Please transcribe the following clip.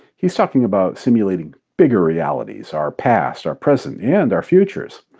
he's talking about simulating bigger realities our past, our present, and our futures.